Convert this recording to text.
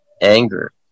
anger